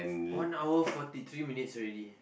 one hour forty three minutes already